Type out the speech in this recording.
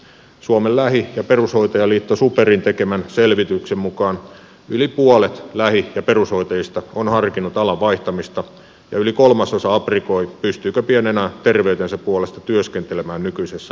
suomen lähi ja perushoitajaliitto superin tekemän selvityksen mukaan yli puolet lähi ja perushoitajista on harkinnut alan vaihtamista ja yli kolmasosa aprikoi pystyykö pian enää terveytensä puolesta työskentelemään nykyisessä ammatissaan